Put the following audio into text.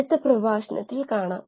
അപ്പോൾ കാണാം